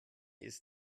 ist